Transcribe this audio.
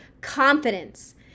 confidence